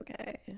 okay